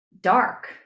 dark